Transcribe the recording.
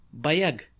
Bayag